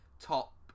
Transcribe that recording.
top